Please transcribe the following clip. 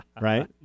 right